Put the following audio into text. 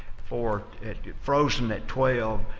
for folks in that twelve,